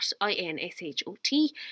I-N-S-H-O-T